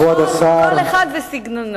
המסחר והתעסוקה ביום כ"ו בשבט התש"ע (10